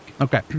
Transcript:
Okay